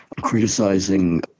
criticizing